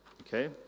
okay